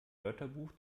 wörterbuch